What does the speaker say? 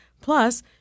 Plus